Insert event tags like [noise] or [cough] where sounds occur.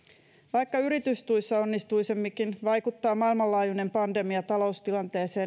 vaikka yritystuissa onnistuisimmekin vaikuttaa maailmanlaajuinen pandemia taloustilanteeseen [unintelligible]